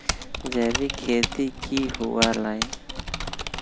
जैविक खेती की हुआ लाई?